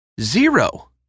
zero